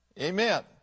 Amen